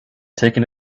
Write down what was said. taken